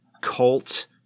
cult